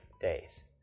days